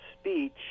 speech